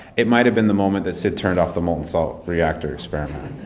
it might have been the moment that sid turned off the molten-salt reactor experiment.